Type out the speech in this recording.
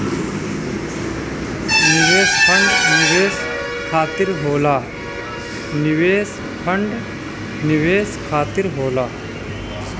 निवेश फंड निवेश खातिर होला